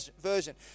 version